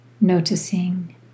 noticing